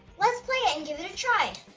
let's play it and give it a try!